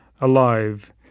alive